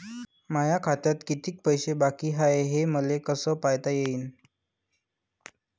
माया खात्यात कितीक पैसे बाकी हाय हे मले कस पायता येईन?